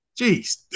Jeez